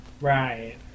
Right